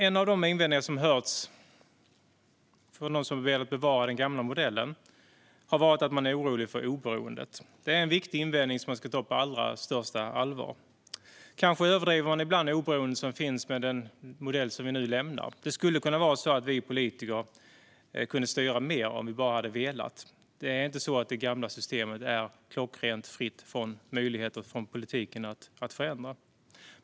En av de invändningar som har hörts från dem som velat bevara den gamla modellen har varit att man är orolig för oberoendet. Det är en viktig invändning som man ska ta på allra största allvar. Kanske överdriver man ibland det oberoende som finns i den modell som vi nu lämnar. Det skulle ha kunnat vara så att vi politiker hade styrt mer om vi bara hade velat, för det gamla systemet är inte klockrent fritt från politikens möjligheter att förändra.